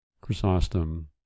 Chrysostom